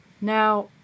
Now